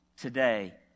today